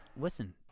listen